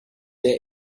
der